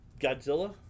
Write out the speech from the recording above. Godzilla